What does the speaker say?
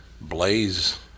Blaze